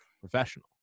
professional